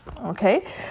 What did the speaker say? Okay